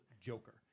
Joker